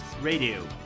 Radio